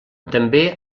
també